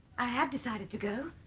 i have decided to go.